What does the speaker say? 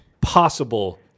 possible